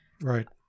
right